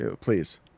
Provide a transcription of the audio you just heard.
please